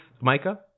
Micah